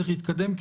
צריך להתקדם,